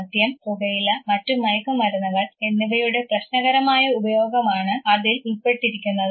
മദ്യം പുകയില മറ്റു മയക്കുമരുന്നുകൾ എന്നിവയുടെ പ്രശ്നകരമായ ഉപയോഗമാണ് അതിൽ ഉൾപ്പെട്ടിരിക്കുന്നത്